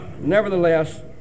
Nevertheless